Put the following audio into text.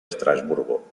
estrasburgo